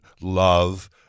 love